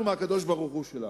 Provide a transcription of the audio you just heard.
אנחנו מהקדוש-ברוך-הוא שלנו,